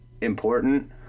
important